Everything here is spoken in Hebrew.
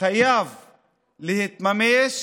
חייב להתממש,